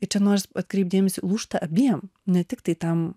ir čia noris atkreipti dėmesį lūžta abiem kryptims lūžta abiem ne tiktai tam